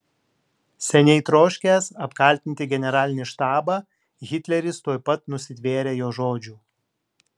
seniai troškęs apkaltinti generalinį štabą hitleris tuoj pat nusitvėrė jo žodžių